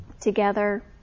together